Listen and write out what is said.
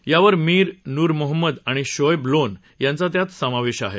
यावर मिर नूर मोहम्मद आणि शोएब लोन यांचा यात समावेश आहे